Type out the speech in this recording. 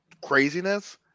craziness